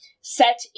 Set